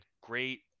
great